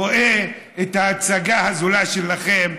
רואה את ההצגה הזולה שלכם,